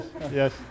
yes